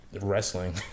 wrestling